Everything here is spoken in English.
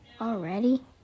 Already